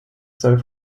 soll